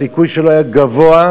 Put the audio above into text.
הסיכוי שלו היה גבוה,